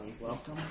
welcome